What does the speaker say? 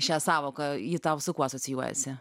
šią sąvoką ji tau su kuo asocijuojasi